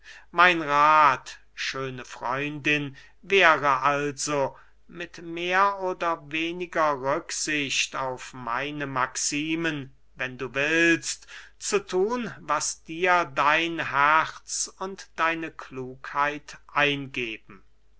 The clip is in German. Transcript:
mein rath schöne freundin wäre also mit mehr oder weniger rücksicht auf meine maximen wenn du willst zu thun was dir dein herz und deine klugheit eingeben